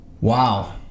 Wow